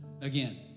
again